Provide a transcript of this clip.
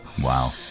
Wow